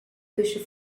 kussen